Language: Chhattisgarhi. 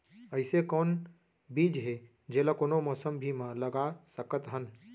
अइसे कौन बीज हे, जेला कोनो मौसम भी मा लगा सकत हन?